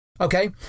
Okay